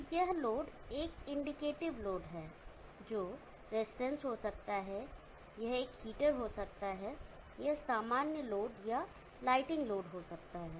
तो यह लोड एक इंडिकेटिव लोड है जो रेजिस्टेंस हो सकता है यह एक हीटर हो सकता है यह सामान्य लोड या लाइटिंग लोड हो सकता है